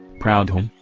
proudhon,